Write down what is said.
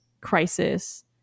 crisis